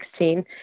2016